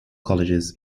colleges